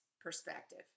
perspective